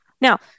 Now